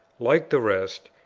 like the rest,